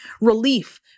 relief